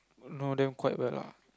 know them quite well lah